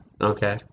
Okay